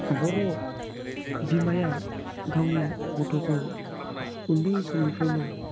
बर' बिमाया गावनि गथ'खौ उन्दै समनिफ्रायनो